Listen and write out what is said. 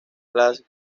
las